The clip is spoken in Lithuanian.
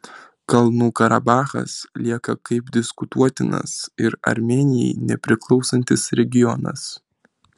kalnų karabachas lieka kaip diskutuotinas ir armėnijai nepriklausantis regionas